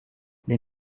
les